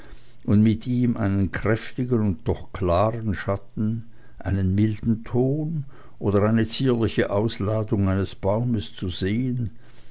und mit ihm einen kräftigen und doch klaren schatten einen milden ton oder eine zierliche ausladung eines baumes zu sehen